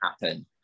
happen